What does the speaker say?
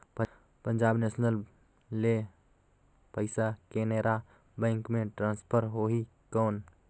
Punjab national ले पइसा Canara bank मे ट्रांसफर होहि कौन?